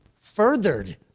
furthered